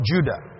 Judah